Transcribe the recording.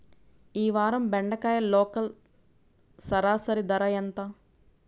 ఈ వారం బెండకాయ లోకల్ సరాసరి ధర ఎంత?